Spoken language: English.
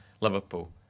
Liverpool